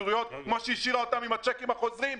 כפי שהיא השאירה אותם עם הצ'קים החוזרים,